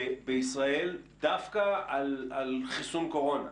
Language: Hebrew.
בישראל, דווקא על חיסון קורונה,